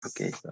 Okay